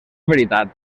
veritat